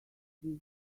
this